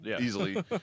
easily